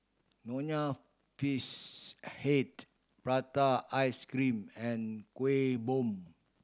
Nonya Fish Head prata ice cream and Kueh Bom